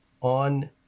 on